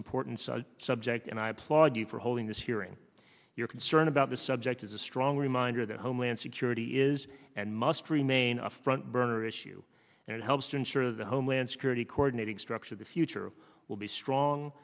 important subject and i applaud you for holding this hearing your concern about the subject is a strong reminder that homeland security is and must remain a front burner issue and it helps to ensure the homeland security cordon aiding structure of the future will be strong